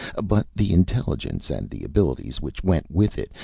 but the intelligence, and the abilities which went with it,